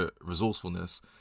resourcefulness